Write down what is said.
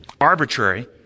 arbitrary